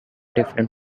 different